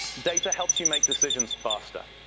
data helps you make decisions faster.